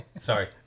Sorry